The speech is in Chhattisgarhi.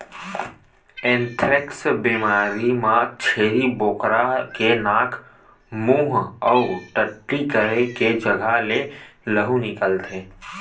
एंथ्रेक्स बेमारी म छेरी बोकरा के नाक, मूंह अउ टट्टी करे के जघा ले लहू निकलथे